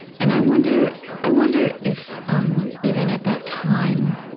and i wonder i wonder if, um even at that time,